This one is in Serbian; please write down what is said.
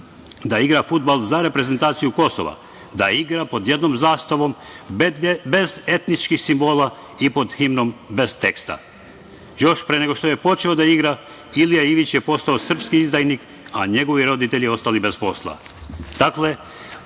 da igra fudbal za reprezentaciju Kosova, da igra pod jednom zastavom bez etničkih simbola i pod himnom bez teksta. Još pre nego što je počeo da igra, Ilija Ivić je postao srpski izdajnik, a njegovi roditelji su ostali bez posla. Dakle,